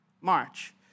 March